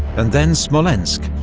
and then smolensk,